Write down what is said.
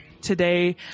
Today